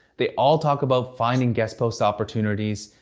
they all talk about finding guest posts opportunities,